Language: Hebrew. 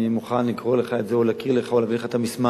אני מוכן לקרוא לך את זה או להקריא לך או להביא לך את המסמך.